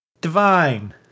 Divine